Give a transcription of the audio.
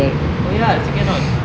oh ya the second one